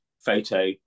photo